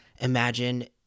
imagine